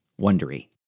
Wondery